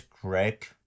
Greg